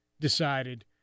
decided